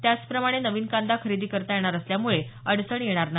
त्याचप्रमाणे नवीन कांदा खरेदी करता येणार असल्यामुळे अडचण येणार नाही